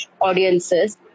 audiences